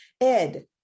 Ed